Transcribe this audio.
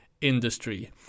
industry